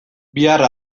bihar